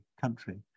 country